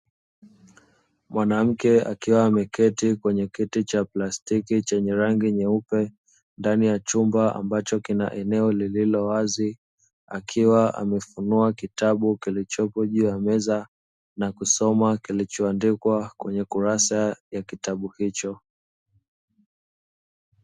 Mwanamke, akiwa ameketi kwenye kiti cha plastiki, chenye rangi nyeupe ndani ya chumba ambacho kina eneo lililo wazi. Akiwa amefunua kitabu kilicho juu ya meza na kusoma kilichoandikwa kwenye kurasa ya kitabu hicho.